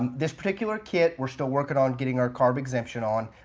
this particular kit we're still working on getting our carb exemption on,